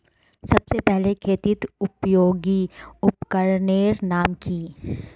सबसे पहले खेतीत उपयोगी उपकरनेर नाम की?